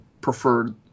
preferred